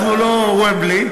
אנחנו לא "וומבלי",